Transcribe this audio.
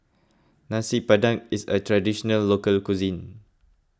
Nasi Padang is a Traditional Local Cuisine